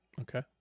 Okay